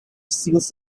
seals